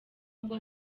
bwo